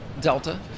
Delta